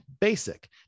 basic